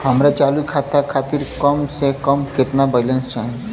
हमरे चालू खाता खातिर कम से कम केतना बैलैंस चाही?